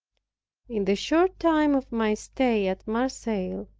in the short time of my stay at marseilles,